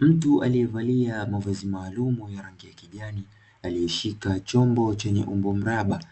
Mtu alievalia mavazi maalumu ya rangi ya kijani aliyeshika chombo chenye umbo mraba